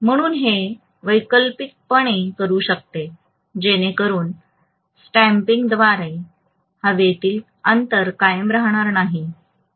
म्हणून मी हे वैकल्पिकपणे करू शकतो जेणेकरून स्टॅम्पिंगद्वारे हवेतील अंतर कायम राहणार नाही